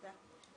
תודה.